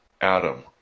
Adam